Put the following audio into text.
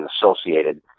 associated